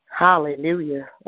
Hallelujah